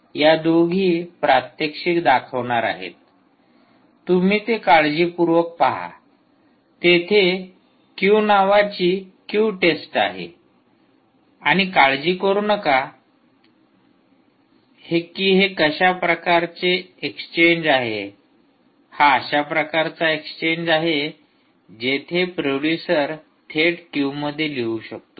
या दोघी प्रात्यक्षिक दाखवणार आहेत तुम्ही ते काळजीपूर्वक पहा तेथे क्यू नावाची क्यु टेस्ट आहे आणि काळजी करू नका की हे कशाप्रकारचे एक्सचेंज आहे हा अशा प्रकारचा एक्सचेंज आहे जेथे प्रोडूसर थेट क्यू मध्ये लिहू शकतो